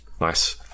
Nice